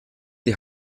die